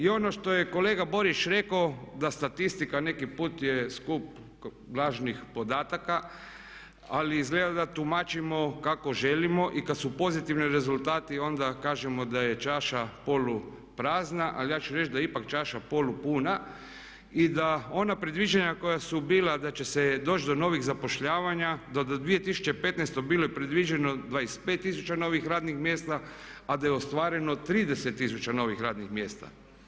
I ono što je kolega Borić rekao da statistika neki put je skup lažnih podataka ali izgleda da tumačimo kako želimo i kada su pozitivni rezultati onda kažemo da je čaša polu prazna ali ja ću reći da je ipak čaša polu puna i da ona predviđanja koja su bila da će se doći do novih zapošljavanja da je do 2015. bilo je predviđeno 25000 novih radnih mjesta, a da je ostvareno 30000 novih radnih mjesta.